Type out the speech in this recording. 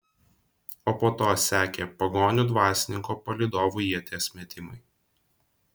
o po to sekė pagonių dvasininko palydovų ieties metimai